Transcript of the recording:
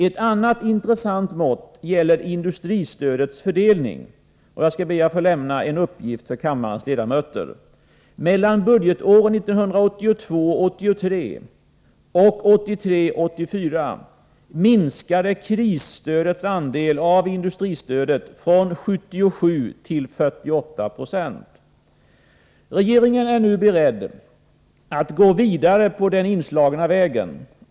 Ett annat intressant mått gäller industristödets fördelning. Jag skall be att få lämna en uppgift till kammarens ledamöter. Mellan budgetåren 1982 84 minskade krisstödets andel av industristödet från 77 till 48 90. Regeringen är nu beredd att gå vidare på den inslagna vägen.